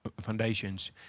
foundations